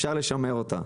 אפשר לשמר אותה.